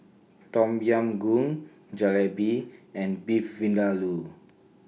Tom Yam Goong Jalebi and Beef Vindaloo